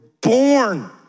born